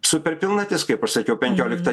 superpilnatis kaip aš sakiau penkioliktą